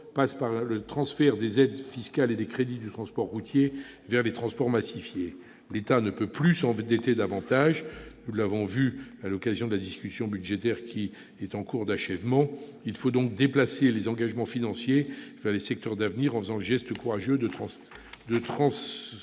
passe par un transfert des aides fiscales et des crédits du transport routier vers les transports massifiés. L'État ne peut s'endetter davantage, nous l'avons vu au cours de la discussion budgétaire qui s'achèvera bientôt ; il faut donc déplacer les engagements financiers vers les secteurs d'avenir, en faisant le geste courageux de soutenir